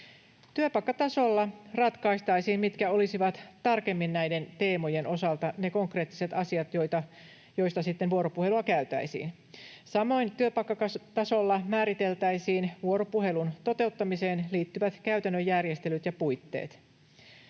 Työpaikkatasolla ratkaistaisiin, mitkä olisivat tarkemmin näiden teemojen osalta ne konkreettiset asiat, joista sitten vuoropuhelua käytäisiin. Samoin työpaikkatasolla määriteltäisiin vuoropuhelun toteuttamiseen liittyvät käytännön järjestelyt ja puitteet.